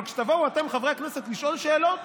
אבל כשתבואו אתם, חברי הכנסת, לשאול שאלות,